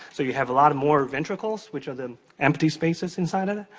so, you have a lot more ventricles, which are the empty spaces inside it.